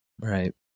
right